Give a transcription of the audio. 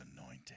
anointed